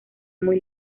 muy